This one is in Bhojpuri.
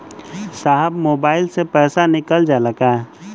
साहब मोबाइल से पैसा निकल जाला का?